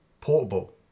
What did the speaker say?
portable